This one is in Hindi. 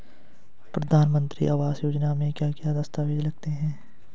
प्रधानमंत्री आवास योजना में क्या क्या दस्तावेज लगते हैं?